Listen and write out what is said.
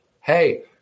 hey